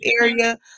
area